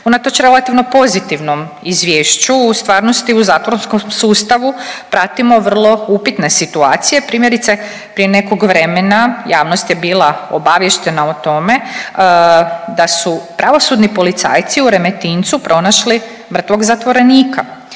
Unatoč relativno pozitivnom izvješću u stvarnosti u zatvorskom sustavu pratimo vrlo upitne situacije. Primjerice prije nekog vremena javnost je bila obaviještena o tome da su pravosudni policajci u Remetincu pronašli mrtvog zatvorenika.